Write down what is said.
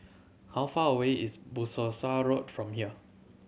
how far away is from here